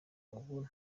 ubu